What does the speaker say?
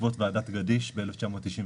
בעקבות ועדת גדיש ב-1998,